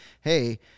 hey –